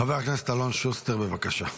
חבר הכנסת אלון שוסטר, בבקשה.